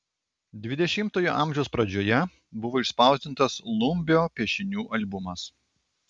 dvidešimtojo amžiaus pradžioje buvo išspausdintas lumbio piešinių albumas